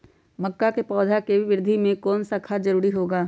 मक्का के पौधा के वृद्धि में कौन सा खाद जरूरी होगा?